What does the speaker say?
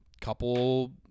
couple